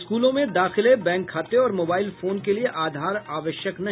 स्कूलों में दाखिले बैंक खाते और मोबाइल फोन के लिए आधार आवश्यक नहीं